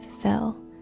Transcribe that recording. fell